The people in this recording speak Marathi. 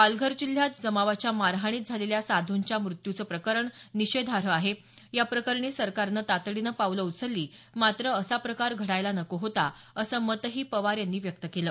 पालघर जिल्ह्यात जमावाच्या मारहाणीत झालेल्या साधुंच्या मृत्यूचं प्रकरण निषेधार्ह आहे या प्रकरणी सरकारने तातडीनं पावलं उचलली मात्र असा प्रकार घडायला नको होता असं मतही पवार यांनी व्यक्त केलं